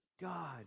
God